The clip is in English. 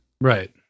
Right